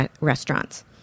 restaurants